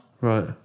right